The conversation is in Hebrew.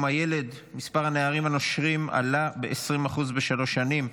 הילד: מספר הנערים הנושרים עלה ב-20% בשלוש שנים.